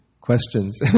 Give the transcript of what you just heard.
questions